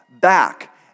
back